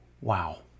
Wow